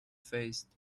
faced